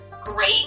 great